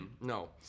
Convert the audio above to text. No